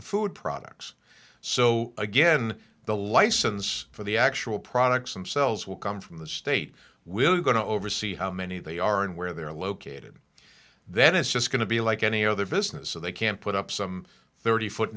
the food products so again the license for the actual products themselves will come from the state we're going to oversee how many they are and where they're located that it's just going to be like any other business so they can put up some thirty foot